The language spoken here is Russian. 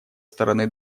стороны